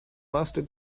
master